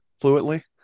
fluently